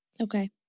Okay